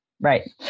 Right